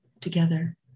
together